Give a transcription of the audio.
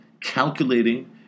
calculating